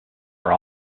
are